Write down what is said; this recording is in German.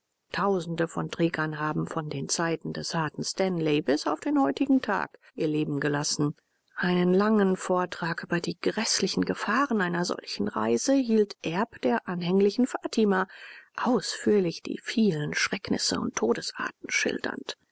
tausende von trägern haben von den zeiten des harten stanley bis auf den heutigen tag ihr leben gelassen einen langen vortrag über die gräßlichen gefahren einer solchen reise hielt erb der anhänglichen fatima ausführlich die vielen schrecknisse und todesarten schildernd